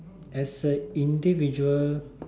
as a individual